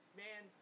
man